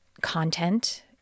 content